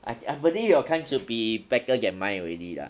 I I believe your kind should be better than mine already lah